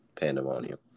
pandemonium